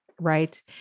right